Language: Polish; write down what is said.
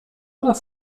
nas